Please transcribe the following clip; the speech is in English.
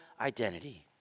identity